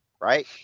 right